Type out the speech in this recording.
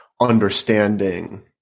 understanding